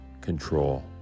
control